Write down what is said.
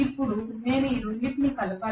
ఇప్పుడు నేను ఈ రెండింటినీ కలపాలి